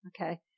Okay